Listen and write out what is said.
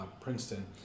Princeton